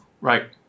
Right